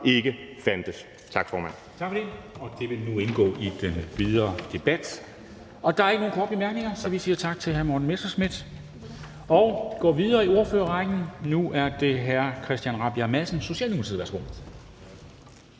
Dam Kristensen): Tak for det. Det vil nu indgå i den videre debat. Der er ikke nogen korte bemærkninger, så vi siger tak til hr. Morten Messerschmidt. Vi går videre i ordførerrækken, og nu er det hr. Christian Rabjerg Madsen, Socialdemokratiet.